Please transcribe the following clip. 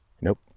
Nope